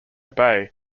bay